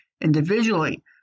individually